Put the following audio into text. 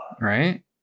right